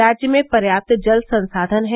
राज्य में पर्याप्त जल संसाधन हैं